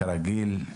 כרגיל,